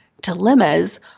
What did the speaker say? dilemmas